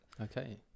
Okay